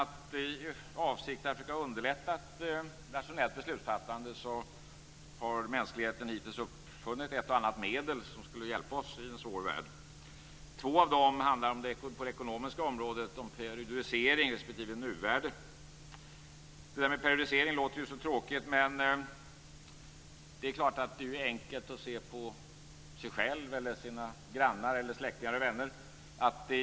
I avsikt att försöka underlätta ett rationellt beslutsfattande har mänskligheten hittills uppfunnit ett och annat medel för att hjälpa oss i en svår värld. Två av dem gäller det ekonomiska området - periodisering respektive nuvärde. Detta med periodisering låter tråkigt men det är bara att se på sig själv eller på sina grannar, släktingar och vänner.